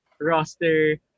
roster